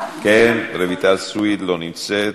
רויטל סויד, לא נמצאת,